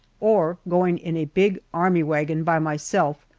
or going in a big army wagon by myself,